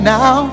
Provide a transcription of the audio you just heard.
now